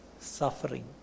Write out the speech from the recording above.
Suffering